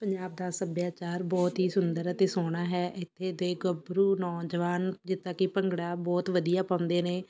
ਪੰਜਾਬ ਦਾ ਸੱਭਿਆਚਾਰ ਬਹੁਤ ਹੀ ਸੁੰਦਰ ਅਤੇ ਸੋਹਣਾ ਹੈ ਇੱਥੇ ਦੇ ਗੱਭਰੂ ਨੌਜਵਾਨ ਜਿੱਦਾਂ ਕਿ ਭੰਗੜਾ ਬਹੁਤ ਵਧੀਆ ਪਾਉਂਦੇ ਨੇ